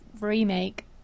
remake